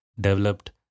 developed